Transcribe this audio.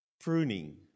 pruning